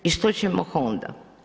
I što ćemo onda?